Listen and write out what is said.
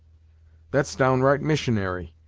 that's downright missionary,